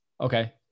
Okay